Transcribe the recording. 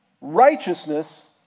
Righteousness